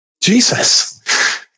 Jesus